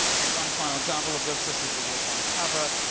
and one final example of this this is the work on the cover